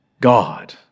God